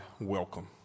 welcome